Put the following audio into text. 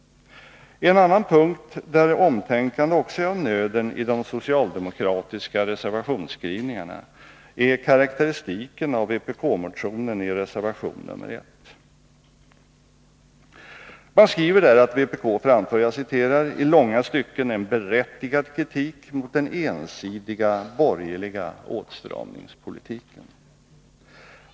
En annan punkt där omtänkande också är av nöden i de socialdemokratiska reservationsskrivningarna är karakteristiken av vpk-motionen i reservation nr 1. Man skriver där att vpk framför ”i långa stycken en berättigad kritik mot den ensidiga borgerliga åtstramningspolitiken”.